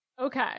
okay